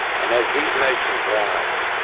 and as these nations rise,